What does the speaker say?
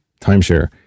timeshare